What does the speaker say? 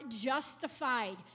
justified